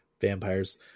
vampires